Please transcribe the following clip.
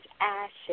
ashes